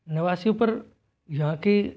नवासियों पर यहाँ की